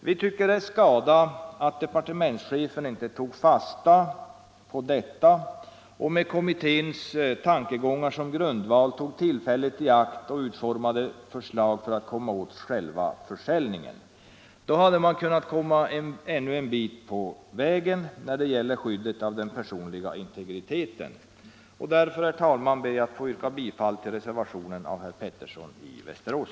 Vi tycker det är skada att departementschefen inte tog fasta på detta och med kommitténs tankegångar som grundval tog tillfället i akt och utformade förslag för att komma åt själva försäljningen. Då hade man kunnat komma ännu ett stycke på vägen, när det gäller skyddet av den personliga integriteten. Herr talman! Jag ber att få yrka bifall till reservationen av herr Pettersson i Västerås.